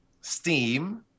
Steam